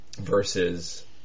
versus